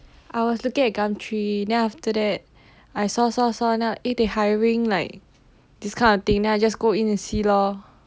I was looking at gumtree then after that I saw saw saw and found out eh they hiring like this kind of thing then I just go in and see lor